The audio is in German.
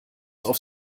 auf